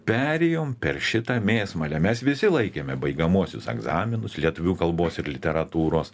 perėjom per šitą mėsmalę mes visi laikėme baigiamuosius egzaminus lietuvių kalbos ir literatūros